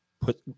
put